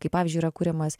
kai pavyzdžiui yra kuriamas